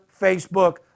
Facebook